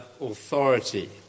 authority